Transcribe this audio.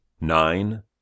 nine